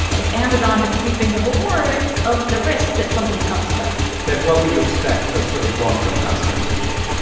it's amazon that's reaping the reward of the risk that somebody else took then what would you expect the sort of long-term consequence would be?